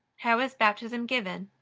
how is baptism given?